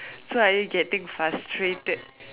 so are you getting frustrated